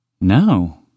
No